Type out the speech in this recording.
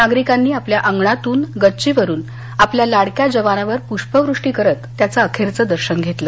नागरिकांनी आपल्या अंगणातून गच्चीवरून आपल्या लाडक्या जवानावर प्ष्पवृष्टी करत अखेरचं दर्शन घेतलं